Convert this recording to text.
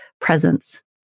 presence